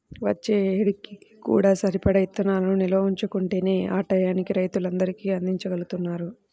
వచ్చే ఏడుకి కూడా సరిపడా ఇత్తనాలను నిల్వ ఉంచుకుంటేనే ఆ టైయ్యానికి రైతులందరికీ అందిచ్చగలుగుతారు